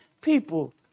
people